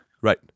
Right